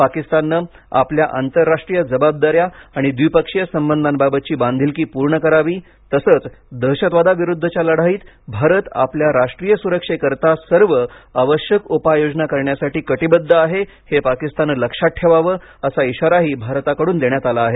पाकिस्तानने आपल्या आंतरराष्ट्रीय जबाबदाऱ्या आणि द्विपक्षीय संबंधांबाबतची बांधिलकी पूर्ण करावी तसच दहशतवादाविरूद्धच्या लढाईत भारत आपल्या राष्ट्रीय सुरक्षेसाठी सर्व आवश्यक उपाययोजना करण्यासाठी कटिबद्ध आहे हे पाकिस्तानने लक्षात ठेवावे असा इशाराही भारताकडून देण्यात आला आहे